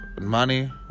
money